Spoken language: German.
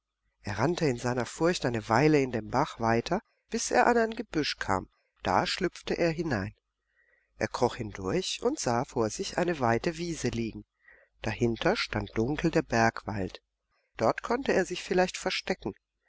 er rannte in seiner furcht eine weile in dem bach weiter bis er an ein gebüsch kam da schlüpfte er hinein er kroch hindurch und sah vor sich eine weite wiese liegen dahinter stand dunkel der bergwald dort konnte er sich vielleicht verstecken